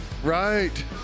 Right